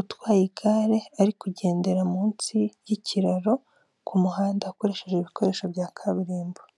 utwaye igare ari kugendera munsi y'ikiraro ku muhanda akoresheje ibikoresho bya kaburimbo.